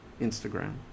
Instagram